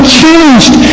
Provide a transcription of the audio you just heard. changed